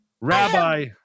Rabbi